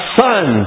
son